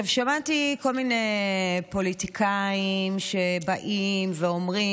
שמעתי כל מיני פוליטיקאים שבאים ואומרים: